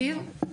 זיו?